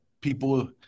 people